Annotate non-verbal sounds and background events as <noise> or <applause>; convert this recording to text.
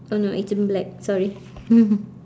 oh no it's in black sorry <laughs>